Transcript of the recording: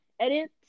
edit